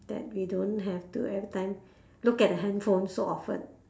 that we don't have to every time look at the handphone so often